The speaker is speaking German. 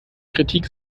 kritik